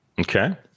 Okay